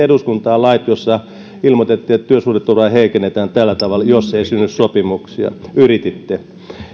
eduskuntaan lait joissa ilmoitettiin että työsuhdeturvaa heikennetään tällä tavalla jos ei synny sopimuksia